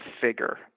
figure